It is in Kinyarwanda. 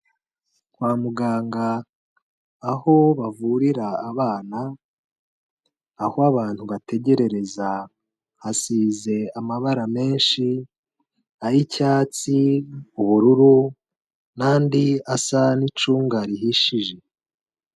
Kwa muganga aho bavurira abana, aho abantu bategerereza hasize amabara menshi, ay'icyatsi, ubururu n'andi asa n'icunga rihishije.